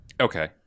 Okay